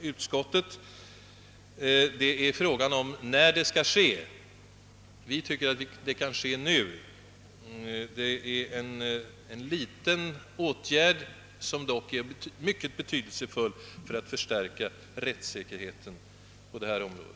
utskottets och reservanternas uppfattning om behovet av ökad rättssäkerhet, utan att skiljaktigheterna mer rör frågan om när en reform bör genomföras. Andra lagutskottet tycker att denna kan ske redan nu. även om det här gäller en liten åtgärd, är den mycket betydelsefull för förstärkning av rättssäkerheten på området.